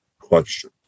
question